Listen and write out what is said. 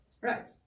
right